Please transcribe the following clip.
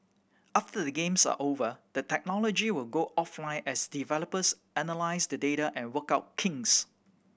after the games are over the technology will go offline as developers analyse the data and work out kinks